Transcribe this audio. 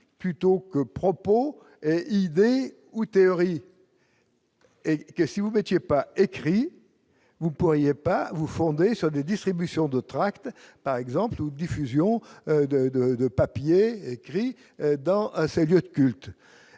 plutôt que propos idées ou théorie et que si vous mettiez pas écrit, vous pourriez pas vous fondez sur des distributions de tracts par exemple ou diffusion de de de papier écrit dans ces lieux de culte